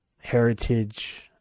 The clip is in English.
heritage